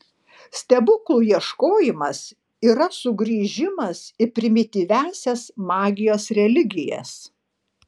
stebuklų ieškojimas yra sugrįžimas į primityviąsias magijos religijas